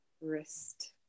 wrist